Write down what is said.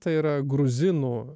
tai yra gruzinų